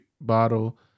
bottle